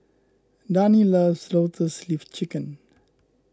Dani loves Lotus Leaf Chicken